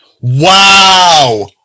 Wow